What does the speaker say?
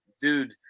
Dude